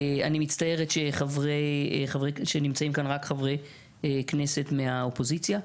אני מצטערת שנמצאים כאן רק חברי כנסת מהאופוזיציה,